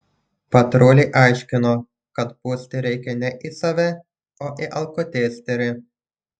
patruliai aiškino kad pūsti reikia ne į save o į alkotesterį